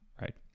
right